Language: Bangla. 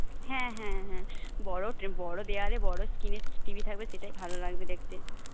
হ্যাঁ হ্যাঁ হ্যাঁ বড় বড় দেওয়ালে বড় স্ক্রিনের টিভি থাকবে সেটাই ভাল লাগবে দেখতে